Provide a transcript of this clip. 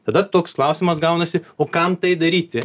tada toks klausimas gaunasi o kam tai daryti